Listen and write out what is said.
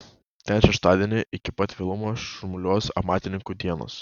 ten šeštadienį iki pat vėlumo šurmuliuos amatininkų dienos